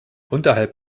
unterhalb